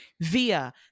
via